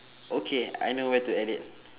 okay I know where to add it